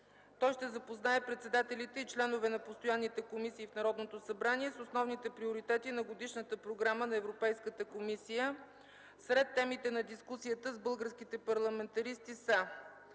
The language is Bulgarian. той ще запознае председателите и членове на постоянните комисии в Народното събрание с основните приоритети на Годишната програма на Европейската комисия. Сред темите на дискусията с българските парламентаристи са: